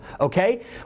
Okay